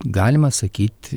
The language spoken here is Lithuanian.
galima sakyt